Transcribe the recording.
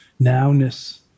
nowness